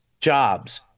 jobs